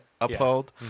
uphold